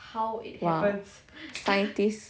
!wow! scientist